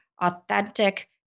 authentic